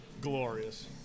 Glorious